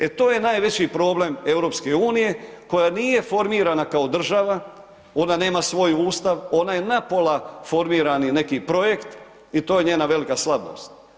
E, to je najveći problem EU koja nije formirana kao država, ona nema svoj Ustav, ona je napola formirani neki projekt i to je njena velika slabost.